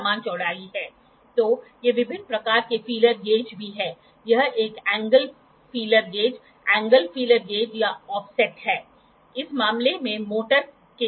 eyepiece में आपके पास आईपीस के पहले क्या है हमारे पास क्रॉस वायर है और फिर यह प्रोजेक्टर है और यह रिफ्लेक्टर है